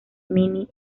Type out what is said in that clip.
mini